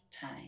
time